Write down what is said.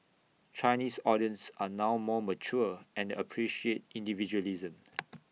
Chinese audience are now more mature and appreciate individualism